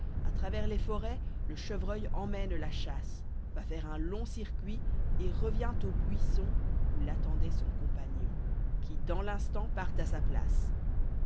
à travers les forêtle chevreuil emmërie la chasse va faire un long circuit et revient au buisson ru où l'a ttendoit son compagnon qui dans kinstant part à sa place